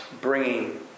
bringing